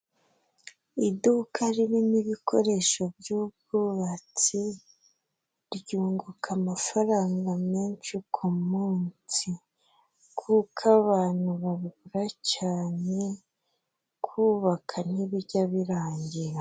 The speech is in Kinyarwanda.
Iduka ririmo ibikoresho byubwubatsi, ryunguka amafaranga menshi ku munsi, kuko abantu bagura cyane, kubaka ntibijya birangira.